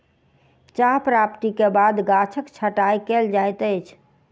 चाह प्राप्ति के बाद गाछक छंटाई कयल जाइत अछि